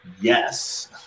yes